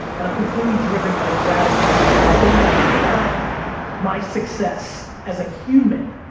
and i'm completely driven by gratitude, and so when i think about my success as a human,